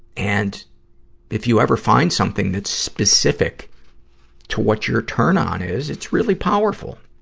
and if you ever find something that's specific to what you're turn-on is, it's really powerful.